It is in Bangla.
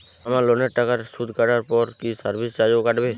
আমার লোনের টাকার সুদ কাটারপর কি সার্ভিস চার্জও কাটবে?